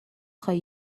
خوای